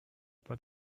but